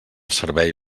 servei